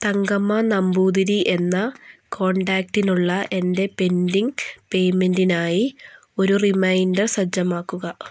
തങ്കമ്മ നമ്പൂതിരി എന്ന കോൺടാക്റ്റിനുള്ള എൻ്റെ പെൻഡിങ് പേയ്മെൻറ്റിനായി ഒരു റിമൈൻഡർ സജ്ജമാക്കുക